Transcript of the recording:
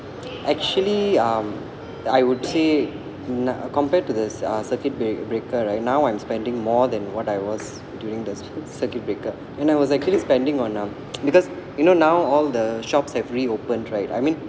actually uh I would say nah compared to the uh circuit break breaker right now I'm spending more than what I was during the circuit breaker and I was actually spending on um because you know now all the shops have reopened right I mean